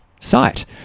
site